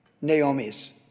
Naomi's